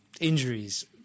injuries